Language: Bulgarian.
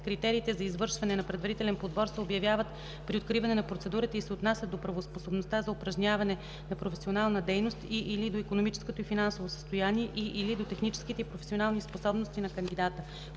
„Критериите за извършване на предварителен подбор се обявяват при откриване на процедурата и се отнасят до правоспособността за упражняване на професионална дейност и/или до икономическото и финансово състояние и/или до техническите и професионални способности на кандидата”.